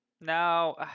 Now